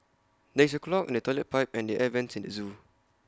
there is A clog in the Toilet Pipe and the air Vents at the Zoo